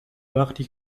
وقتی